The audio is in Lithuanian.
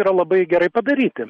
yra labai gerai padaryti